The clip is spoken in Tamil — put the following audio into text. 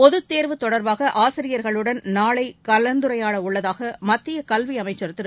பொதுத் தேர்வு தொடர்பாக ஆசிரியர்களுடன் நாளை கலந்துரையாடவுள்ளதாக மத்திய கல்வி அமைச்சர் திரு